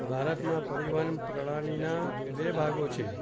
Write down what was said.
ભારતમાં પરિવહન પ્રણાલીના બે ભાગો છે